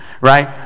right